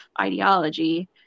ideology